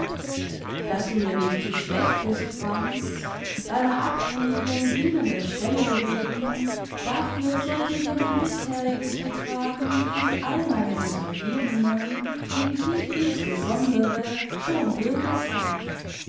daß du mir nicht zu schlecht bist franz deiner abhängigen dienenden stellung wegen dafür sollte dir mein bisheriges betragen gegen all meine untergebenen gegen dich insbesondere schon bürge sein